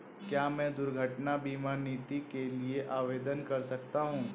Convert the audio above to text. क्या मैं दुर्घटना बीमा नीति के लिए आवेदन कर सकता हूँ?